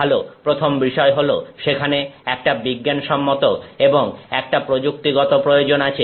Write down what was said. ভালো প্রথম বিষয় হল সেখানে একটা বিজ্ঞানসম্মত এবং একটা প্রযুক্তিগত প্রয়োজন আছে